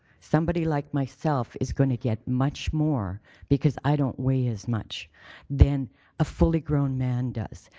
somebody like myself is going to get much more because i don't weigh as much than a fully grown man does.